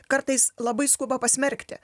kartais labai skuba pasmerkti